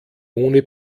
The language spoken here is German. ohne